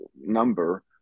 number